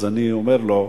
אז אני אומר לו: